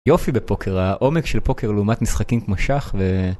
יופי בפוקר העומק של פוקר לעומת משחקים כמו שח ו...